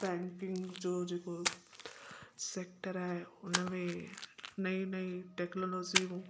बैंकिक जो जेको सेक्टर आहे हुन में नईं नईं टेक्नोलॉजियूं